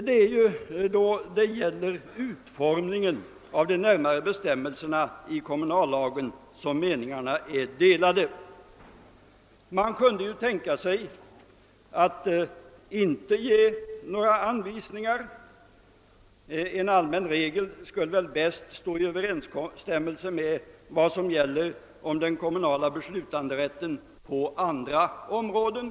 Det är då det gäller den närmare utformningen av bestämmelserna i kommunallagen som meningarna är delade. Man kunde ju tänka sig att inte ge några anvisningar. En allmän «regel skulle bäst stå i överensstämmelse med vad som gäller. för den kommunala beslutanderätten på andra områden.